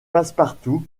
passepartout